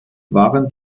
waren